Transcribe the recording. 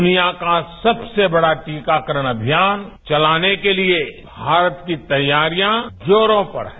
दूनिया का सबसे बड़ा टीकाकरण अभियान चलाने को लिए भारत की तैयारियां जोरों पर हैं